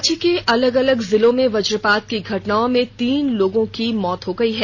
राज्य के अलग अलग जिलों में वज्रपात की घटनाओं में तीन लोगों की मौत हो गई है